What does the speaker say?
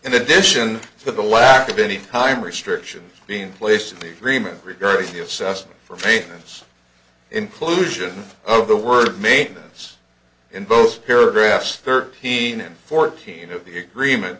in addition to the lack of any time restriction being placed in the freeman regarding the assessed for maintenance inclusion of the word maintenance in both paragraphs thirteen and fourteen of the agreement